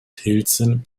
pilzen